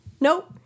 nope